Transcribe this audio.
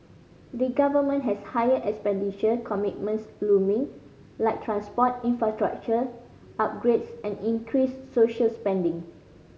the government has higher expenditure commitments looming like transport infrastructure upgrades and increased social spending